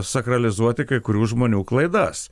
sakralizuoti kai kurių žmonių klaidas